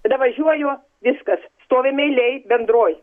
davažiuoju viskas stovim eilėj bendroj